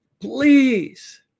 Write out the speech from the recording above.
please